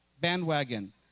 bandwagon